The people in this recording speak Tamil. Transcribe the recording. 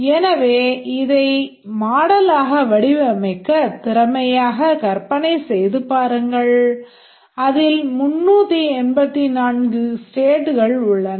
எனவே இதை மாடலாக வடிவமைக்கத் திறமையாகக் கற்பனை செய்து பாருங்கள் அதில் 384 ஸ்டேட்கள் உள்ளன